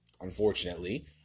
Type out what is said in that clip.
unfortunately